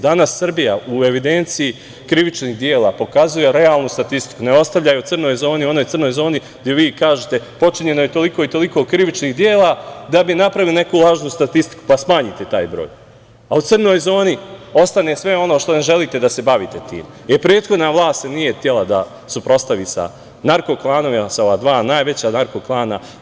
Danas Srbija u evidenciji krivičnih dela pokazuje realnu statistiku, ne ostavljaju crnoj zoni, onoj crnoj zoni gde vi kažete – počinjeno je toliko i toliko krivičnih dela da bi napravili neku lažnu statistiku, pa smanjite taj broj, a u crnoj zoni ostane sve ono čime ne želite da se bavite, jer prethodna vlast nije htela da se suprotstavi narko-klanovima, sa ova dva najveća narko-klana.